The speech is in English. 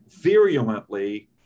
virulently